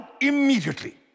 immediately